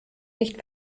nicht